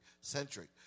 Centric